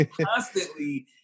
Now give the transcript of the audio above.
constantly